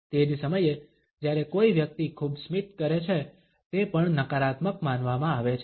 તે જ સમયે જ્યારે કોઈ વ્યક્તિ ખૂબ સ્મિત કરે છે તે પણ નકારાત્મક માનવામાં આવે છે